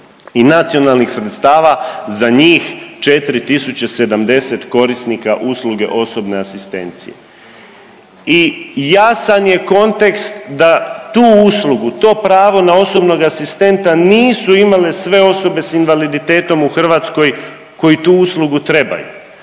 i nacionalnih sredstava za njih 4.070 korisnika usluge osobne asistencije. I jasan je kontekst da tu uslugu, to pravo na osobnog asistenta nisu imale sve osobe s invaliditetom u Hrvatskoj koji tu uslugu trebaju.